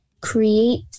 create